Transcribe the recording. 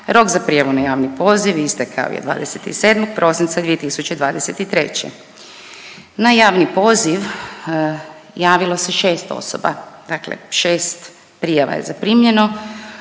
Rok za prijavu na javni poziv istekao je 27. prosinca 2023. Na javni poziv javilo se 6 osoba, dakle 6 prijava je zaprimljeno.